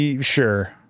Sure